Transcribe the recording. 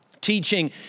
teaching